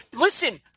Listen